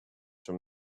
from